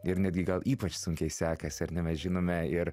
ir netgi gal ypač sunkiai sekasi ar ne mes žinome ir